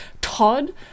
Todd